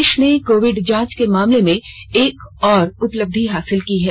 देश ने कोविड जांच के मामले में एक और उपलब्धि हासिल की है